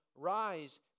Rise